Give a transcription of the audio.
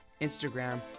Instagram